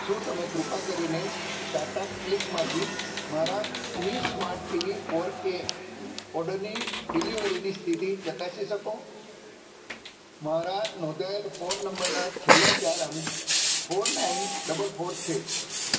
શું તમે કૃપા કરીને ટાટા ક્લિકમાંથી મારા Mi smart TV four A ઓર્ડરની ડિલિવરીની સ્થિતિ ચકાસી શકો મારા નોંધાયેલા ફોન નંબરના છેલ્લા ચાર અંક ફોર નાઇન ડબલ ફોર છે